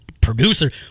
producer